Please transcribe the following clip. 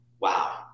wow